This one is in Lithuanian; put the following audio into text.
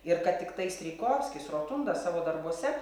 ir kad tiktai strijkovskis rotundas savo darbuose